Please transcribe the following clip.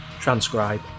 transcribe